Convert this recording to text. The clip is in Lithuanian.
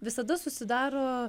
visada susidaro